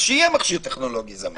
אז שיהיה מכשיר טכנולוגי זמין.